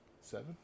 Seven